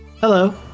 Hello